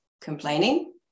complaining